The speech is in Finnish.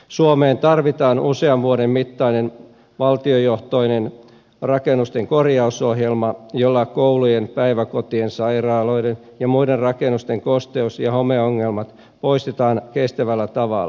suomeen tarvitaan usean vuoden mittainen valtiojohtoinen rakennusten korjausohjelma jolla koulujen päiväkotien sairaaloiden ja muiden rakennusten kosteus ja homeongelmat poistetaan kestävällä tavalla